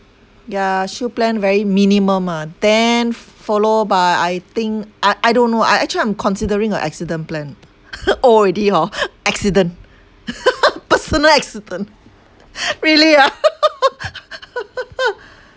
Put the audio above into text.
yeah shield plan very minimum ah then follow by I think I I don't know I actually I'm considering a accident plan old already hor accident personal accident really ah